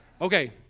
Okay